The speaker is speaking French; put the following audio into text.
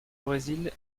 brésil